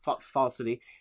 falsity